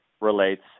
relates